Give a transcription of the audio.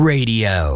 Radio